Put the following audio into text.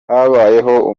habayeho